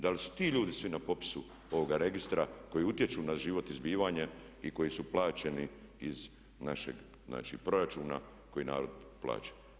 Da li su ti ljudi svi na popisu ovoga registra koji utječu na život i zbivanje i koji su plaćeni iz našeg proračuna koji narod plaća?